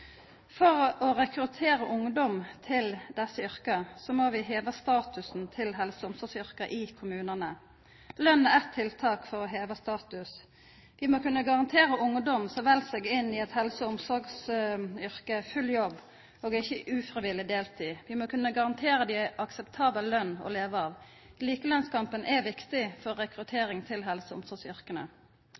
For å rekruttera ungdom til desse yrka må vi heva statusen til helse- og omsorgsyrka i kommunane. Løn er eit tiltak for å heva statusen. Vi må kunna garantera ungdom som vel seg inn i eit helse- og omsorgsyrke, full jobb og ikkje ufrivillig deltid. Vi må kunna garantera dei ei akseptabel løn å leva av. Likelønskampen er viktig for rekruttering til helse-